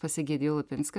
pas egidijų lapinską